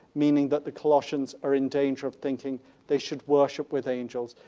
meaning that the colossians are in danger of thinking they should worship with angels.